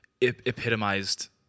epitomized